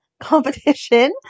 competition